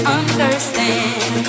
understand